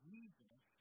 Jesus